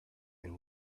and